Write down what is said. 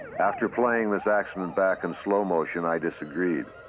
after playing this accident back in slow motion, i disagreed.